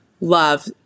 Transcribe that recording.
love